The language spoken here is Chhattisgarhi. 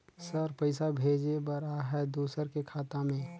सर पइसा भेजे बर आहाय दुसर के खाता मे?